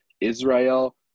Israel